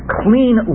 clean